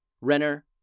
Renner